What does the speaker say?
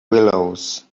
willows